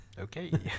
okay